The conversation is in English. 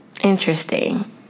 Interesting